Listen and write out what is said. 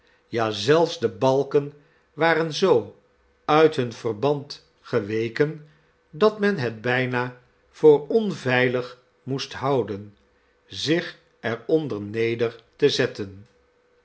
ja zelfs de balken waren zoo uit hun verband geweken dat men het bijna voor onveilig moest houden zich er on der neder te zetten